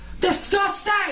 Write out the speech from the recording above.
Disgusting